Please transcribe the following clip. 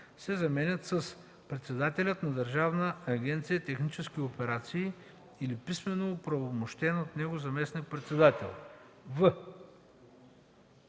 се заменят с „Председателят на Държавна агенция „Технически операции” или писмено оправомощен от него заместник-председател”;